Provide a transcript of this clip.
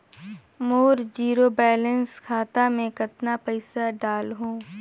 मोर zero balance खाता मे कतना पइसा डाल हूं?